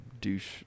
douche